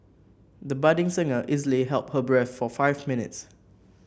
the budding singer easily held her breath for five minutes